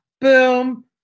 Boom